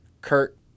kurt